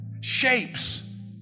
shapes